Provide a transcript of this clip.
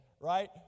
Right